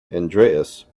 andreas